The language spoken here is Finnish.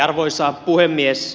arvoisa puhemies